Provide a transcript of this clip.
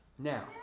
Now